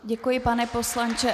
Děkuji, pane poslanče.